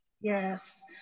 Yes